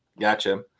gotcha